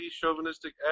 chauvinistic